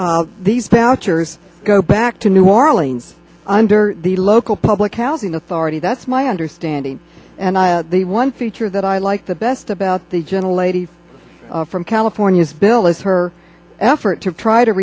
vouchers go back to new orleans under the local public housing authority that's my understanding and i the one feature that i like the best about the gentle lady from california's bill is her effort to try to